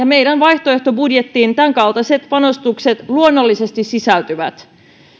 meidän vaihtoehtobudjettiimme tämänkaltaiset panostukset luonnollisesti sisältyvät